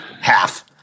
half